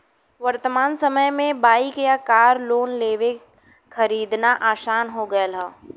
वर्तमान समय में बाइक या कार लोन लेके खरीदना आसान हो गयल हौ